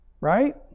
right